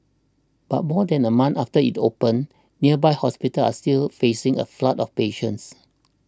but more than a month after it opened nearby hospitals are still facing a flood of patients